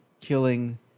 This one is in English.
killing